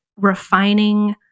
refining